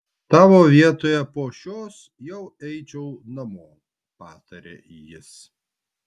tavo vietoje po šios jau eičiau namo patarė jis